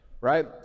right